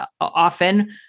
often